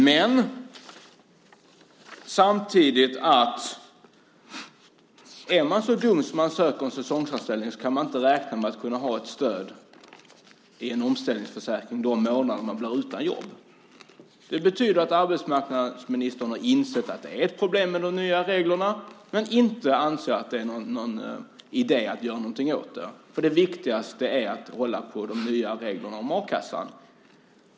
Men han säger samtidigt att är man så dum att man söker en säsongsanställning ska man inte räkna med att kunna ha ett stöd i en omställningsförsäkring de månader man blir utan jobb. Det betyder att arbetsmarknadsministern har insett att de nya reglerna är ett problem. Men han anser inte att det är någon idé att göra någonting åt det. Det viktigaste är att hålla på de nya reglerna om a-kassan, tydligen.